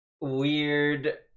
weird